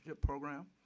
program